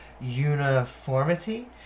uniformity